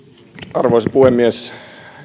arvoisa puhemies